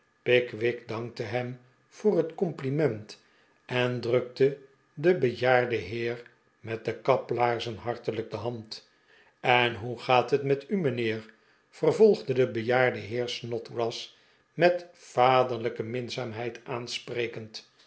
pickwick dankte hem voor het compliment en drukte den bejaarden heer met de kaplaarzen hartelijk de hand en hoe gaat het met u mijnheer vervolgde de bejaarde heer snodgrass met vaderlijke minzaamheid aansprekend